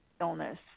illness